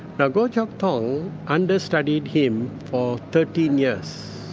now gow chok tong understudied him for thirteen years,